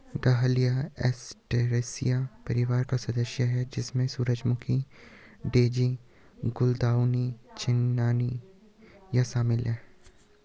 dahlia Asteraceae परिवार का सदस्य है, जिसमें सूरजमुखी, डेज़ी, गुलदाउदी, झिननिया भी शामिल है